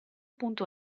punto